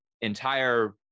entire